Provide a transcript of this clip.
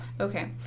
Okay